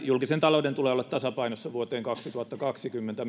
julkisen talouden tulee olla tasapainossa vuoteen kaksituhattakaksikymmentä